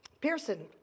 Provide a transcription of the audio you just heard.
Pearson